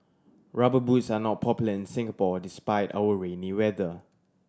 Rubber Boots are not popular in Singapore despite our rainy weather